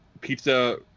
pizza